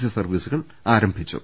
C സർവീസുകൾ ആരംഭിച്ചു